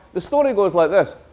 the story goes like this.